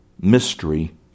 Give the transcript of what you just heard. mystery